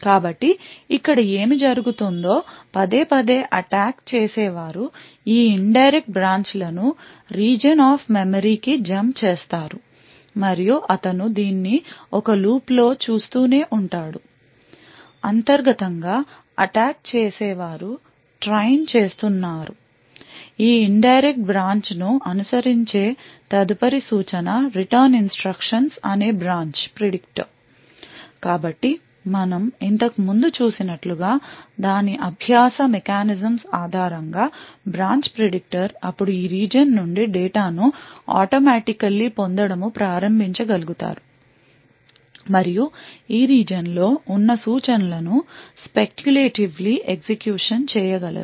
కాబట్టి ఇక్కడ ఏమి జరుగుతుందో పదేపదే అటాక్ చేసే వారు ఈ ఇన్ డైరెక్ట్ బ్రాంచ్ లను రీజియన్ ఆఫ్ మెమరీ కి జంప్ చేస్తారు మరియు అతను దీన్ని ఒక లూప్లో చేస్తూనే ఉంటాడు అంతర్గతం గా అటాక్ చేసే వారు ట్రైన్ చేస్తున్నారు ఈ ఇన్ డైరెక్ట్ బ్రాంచ్ ను అనుసరించే తదుపరి సూచన రిటర్న్ ఇన్స్ట్రక్షన్ అనే బ్రాంచ్ ప్రిడిక్టర్ కాబట్టి మనం ఇంతకు ముందు చూసినట్లుగా దాని అభ్యాస mechanisms ఆధారంగా బ్రాంచ్ ప్రిడిక్టర్ అప్పుడు ఈ రీజియన్ నుండి డేటా ను automatically పొందడము ప్రారంభించగలుగుతారు మరియు ఈ రీజియన్ లో ఉన్న సూచనలను స్పెకులేటివ్లీ ఎగ్జిక్యూషన్ చేయగలరు